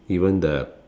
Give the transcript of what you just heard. even the